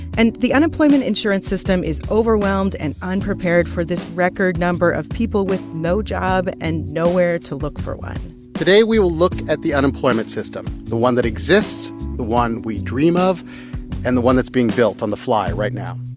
and the unemployment insurance system is overwhelmed and unprepared for this record number of people with no job and nowhere to look for one today, we will look at the unemployment system the one that exists, the one we dream of and the one that's being built on the fly right now